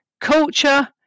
Culture